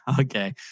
okay